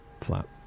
flat